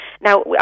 now